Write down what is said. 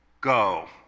go